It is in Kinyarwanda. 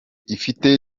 ifite